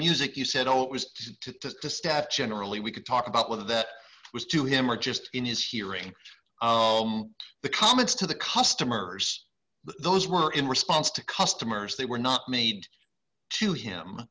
music you said oh it was to the staff generally we could talk about whether that was to him or just in his hearing the comments to the customers those were in response to customers they were not made to him